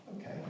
Okay